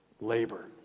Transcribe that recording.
labor